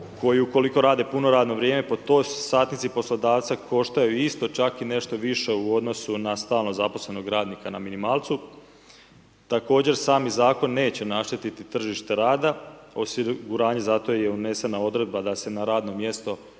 koji ukoliko rade puno radno vrijeme, po toj satnici, poslodavca koštaju isto, čak i nešto više, u odnosu na stalno zaposlenog radnika na minimalcu. Također sami zakon neće našteti tržište rada, osiguranje zato je unesena odredba da se na radno mjesto